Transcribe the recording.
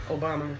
Obama